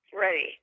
Ready